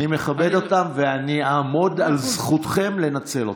אני מכבד אותם ואני אעמוד על זכותכם לנצל אותם.